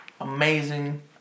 Amazing